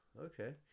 Okay